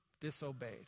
disobeyed